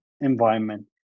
environment